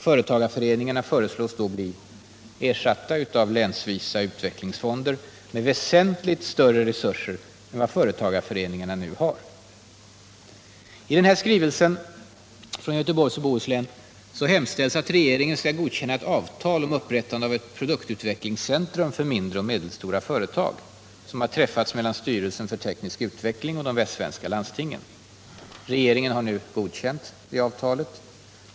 Företagarföreningarna föreslås Fredagen den då länsvis bli ersatta av utvecklingsfonder med väsentligt större resurser 2 december 1977 än vad företagarföreningarna nu har. sätet I den här skrivelsen hemställs att regeringen skall godkänna ett avtal — Om åtgärder för att om upprättande av ett produktutvecklingscentrum för mindre och me = trygga sysselsättdelstora företag som har träffats mellan styrelsen för teknisk utveckling ningen i Bohuslän, och de västsvenska landstingen. Regeringen har nu godkänt det avtalet. — m.m.